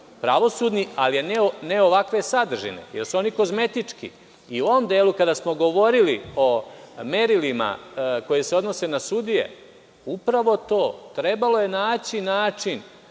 pravosudni, ali ne ovakve sadržine jer su oni kozmetički.U ovom delu kada smo govorili o merilima koje se odnose na sudije, upravo to, trebalo je naći način